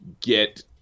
get